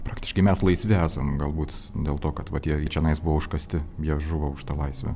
praktiškai mes laisvi esam galbūt dėl to kad vat jie į čionais buvo užkasti jie žuvo už tą laisvę